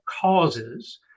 causes